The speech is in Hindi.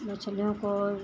मछलियों को